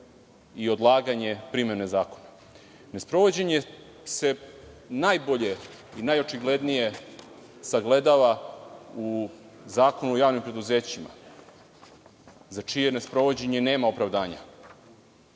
i odlaganje primene zakona. Nesprovođenje se najbolje i najočiglednije sagledava u Zakonu o javnim preduzećima za čije nesprovođenje nema opravdanja.